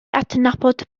adnabod